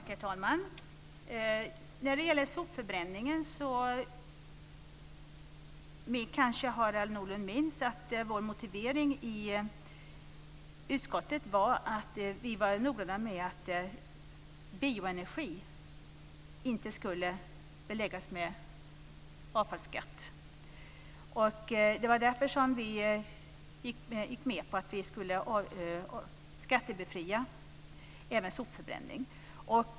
Herr talman! När det gäller sopförbränningen kanske Harald Nordlund minns att vi i vår motivering i utskottet var noggranna med att bioenergi inte skulle beläggas med avfallsskatt. Det var därför som vi gick med på att skattebefria även sopförbränning.